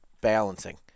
balancing